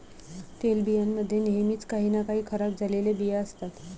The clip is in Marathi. तेलबियां मध्ये नेहमीच काही ना काही खराब झालेले बिया असतात